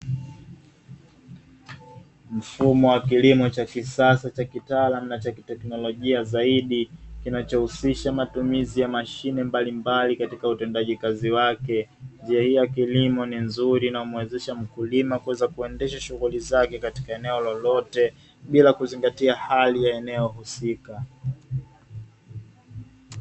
Mfumo wa kilimo cha kisasa cha kitaalamu na cha kiteknolojia zaidi kinachohusisha matumizi ya mashine mbalimbali katika utendaji kazi wake njia hii ya kilimo ni nzuri na humuwezesha mkulima kuweza kuendesha shughuli zake katika eneo lolote bila kuzingatia hali ya eneo husika.